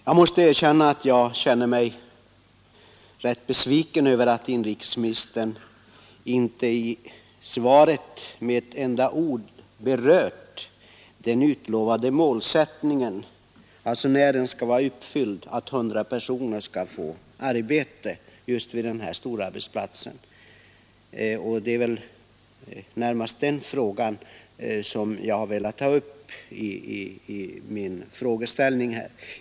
Jag måste erkänna att jag är rätt besviken över att inrikesministern inte i sitt svar med ett enda ord berört frågan om när den utlovade målsättningen att 100 personer skall få arbete vid denna storarbetsplats skall vara uppfylld. Det är väl närmast detta spörsmål som jag har velat ta upp genom min enkla fråga.